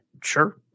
Sure